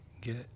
get